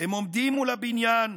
הם עומדים מול הבניין,